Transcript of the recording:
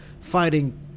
fighting